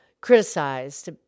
criticized